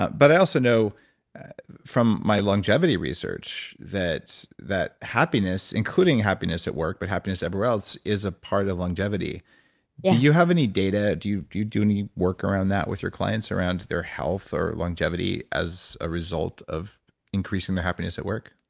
but but i also know from my longevity research that that happiness, including happiness at work, but happiness everywhere else, is a part of longevity. yeah do you have any data? do you do do any work around that with your clients around their health or longevity as a result of increasing the happiness at work?